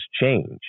change